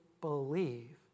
believe